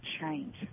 change